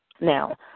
Now